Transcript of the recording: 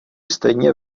stejné